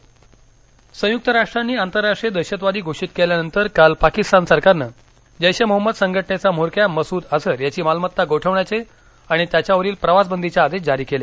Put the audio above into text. मसद अझर संयुक्त राष्ट्रांनी आंतरराष्ट्रीय दहशतवादी घोषित केल्यानंतर काल पाकिस्तान सरकारनं जैश ए मोहम्मद संघटनेचा म्होरक्या मसूद अझर याची मालमत्ता गोठवण्याचे आणि त्याच्यावरील प्रवासबंदीचे आदेश जारी केले